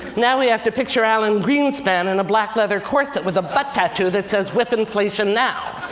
now we have to picture alan greenspan in a black leather corset, with a butt tattoo that says, whip inflation now.